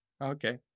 Okay